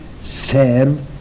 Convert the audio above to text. serve